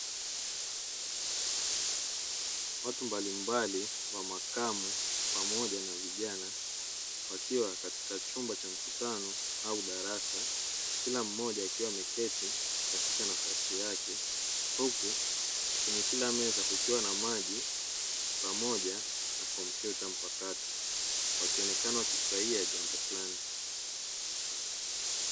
Watu mbalimbali wa makamo pamoja na vijana wakiwa katika chumba cha mutano au darasa kila mmoja akiwa ameketi katika nafasi yake, huku kwenye kila meza kukiwa na maji pamoja na kompyuta mpakato, wakionekana wakifurahia jambo fulani.